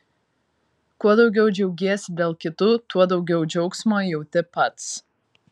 kuo daugiau džiaugiesi dėl kitų tuo daugiau džiaugsmo jauti pats